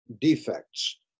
defects